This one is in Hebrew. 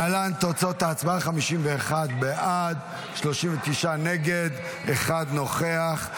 להלן תוצאות ההצבעה: 51 בעד, 39 נגד, אחד נוכח.